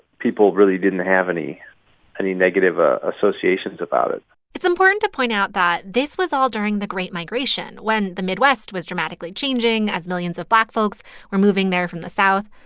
people really didn't have any any negative ah associations about it it's important to point out that this was all during the great migration, when the midwest was dramatically changing as millions of black folks were moving there from the south.